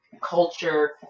culture